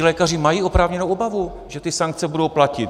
Lékaři mají oprávněnou obavu, že ty sankce budou platit.